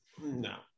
No